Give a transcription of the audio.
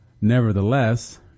Nevertheless